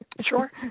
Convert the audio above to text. Sure